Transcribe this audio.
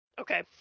okay